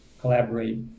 collaborate